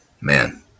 man